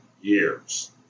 years